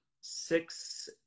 six